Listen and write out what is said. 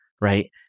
right